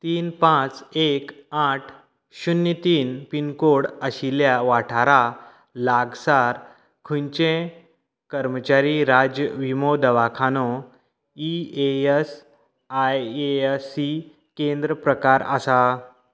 तीन पांच एक आठ शुन्य तीन पिनकोड आशिल्ल्या वाठारा लागसार खंयचेंय कर्मचारी राज्य विमो दवाखानो E A S I S C केंद्र प्रकार आसा